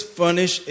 furnish